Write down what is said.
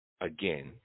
again